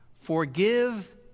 Forgive